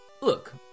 Look